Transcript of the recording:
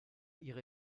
ihre